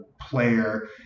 player